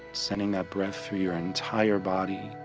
sending that breath through your entire body.